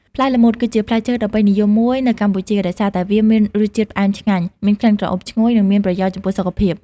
ផ្លែល្មុត គឺជាផ្លែឈើដ៏ពេញនិយមមួយនៅកម្ពុជា ដោយសារតែវាមានរសជាតិផ្អែមឆ្ងាញ់ មានក្លិនក្រអូបឈ្ងុយ និងមានប្រយោជន៍ចំពោះសុខភាព។